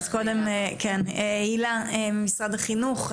הילה משרד החינוך,